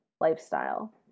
lifestyle